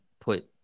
put